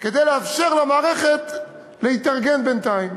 כדי לאפשר למערכת להתארגן בינתיים.